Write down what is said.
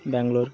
Bangalore